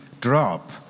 drop